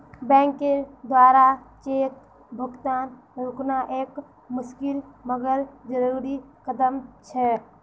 बैंकेर द्वारा चेक भुगतान रोकना एक मुशिकल मगर जरुरी कदम छे